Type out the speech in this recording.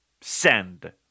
Send